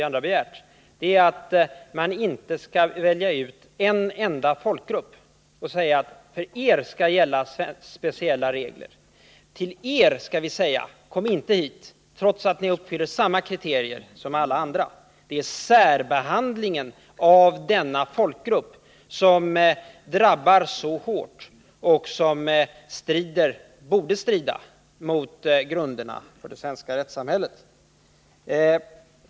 Det enda jag har begärt är att man inte skall välja ut en enda folkgrupp och säga: För er skall gälla speciella regler, till er skall vi säga: Kom inte hit, trots att ni uppfyller samma kriterier som alla andra. Det är särbehandlingen av denna folkgrupp som drabbar så hårt och som borde strida mot grunderna för det svenska rättssamhället.